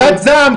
קצת זעם,